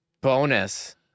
bonus